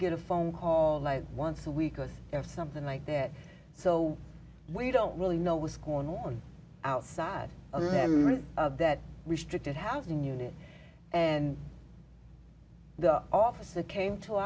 get a phone call like once a week if something like that so we don't really know what's going on outside a memory of that restricted housing unit and the officer came to